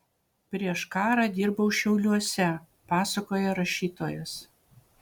prieš karą dirbau šiauliuose pasakoja rašytojas